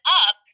up